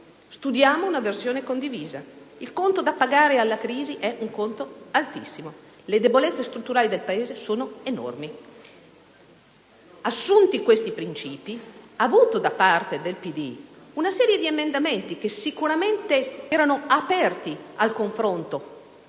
studiamo una versione condivisa. Il conto da pagare alla crisi è altissimo e le debolezze strutturali del Paese sono enormi: assunti questi principi e avuta da parte del PD una serie di emendamenti sicuramente aperti al confronto